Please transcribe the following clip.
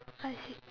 I see